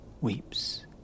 weeps